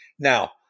Now